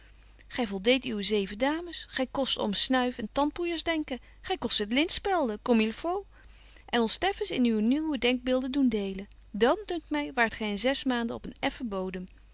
voldeedt uwe zeven dames gy kost om snuif en tandpoeiers denken gy kost het lint spelden comme il faut en ons teffens in uwe nieuwe denkbeelden doen delen dan dunkt my waart gy in zes maanden op een effen bodem